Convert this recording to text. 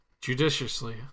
Judiciously